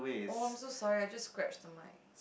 oh I'm so sorry I just scratched the mic